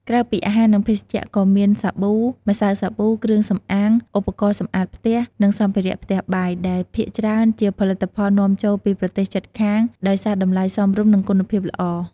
ក្រៅពីអាហារ និងភេសជ្ជៈក៏មាន សាប៊ូ ម្សៅសាប៊ូ គ្រឿងសម្អាង ឧបករណ៍សម្អាតផ្ទះ និងសម្ភារៈផ្ទះបាយ ដែលភាគច្រើនជាផលិតផលនាំចូលពីប្រទេសជិតខាង ដោយសារតម្លៃសមរម្យ និងគុណភាពល្អ។